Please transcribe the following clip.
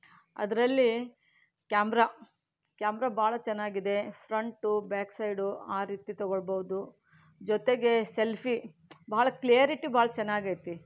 ಅದರಲ್ಲಿ camera camera ಭಾಳ ಚೆನ್ನಾಗಿದೆ ಫ್ರಂಟು ಬ್ಯಾಕ್ ಸೈಡು ಆ ರೀತಿ ತೊಗೊಳ್ಬೋದು ಜೊತೆಗೆ ಸೆಲ್ಫಿ ಭಾಳ ಕ್ಲೀಯರಿಟಿ ಭಾಳ ಚೆನ್ನಾಗೈತಿ